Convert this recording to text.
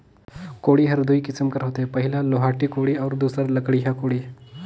कोड़ी हर दुई किसिम कर होथे पहिला लोहाटी कोड़ी अउ दूसर लकड़िहा कोड़ी